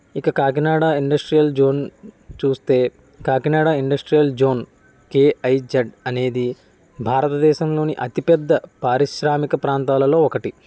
ఇక Kakinada industrial zone చూస్తే Kakinada industrial zone KIZ అనేది భారత దేశంలోని అతిపెద్ద పారిశ్రామిక ప్రాంతాలలో ఒకటి